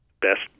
best